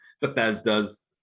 Bethesda's